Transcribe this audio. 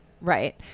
Right